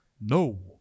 No